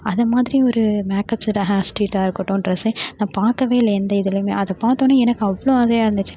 அது மாதிரி ஒரு மேக்கப் செட்டு ஹேர் ஸ்டெயிட்டாக இருக்கட்டும் டிரெஸ்ஸு நான் பார்க்கவே இல்லை எந்த இதிலியுமே அதை பார்த்தோன்னே எனக்கு அவ்வளோ ஆசையாக இருந்துச்சு